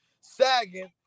sagging